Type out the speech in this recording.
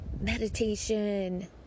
meditation